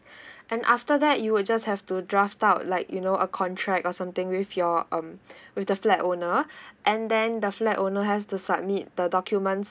and after that you will just have to draft out like you know a contract or something with your um with the flat owner and then the flat owner has to submit the documents